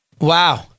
Wow